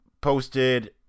posted